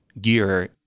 gear